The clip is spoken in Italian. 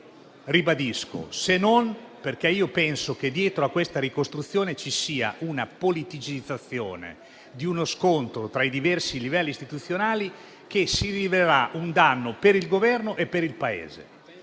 lo ribadisco - che dietro a questa ricostruzione ci sia la politicizzazione di uno scontro tra i diversi livelli istituzionali, che si rivelerà un danno per il Governo e per il Paese.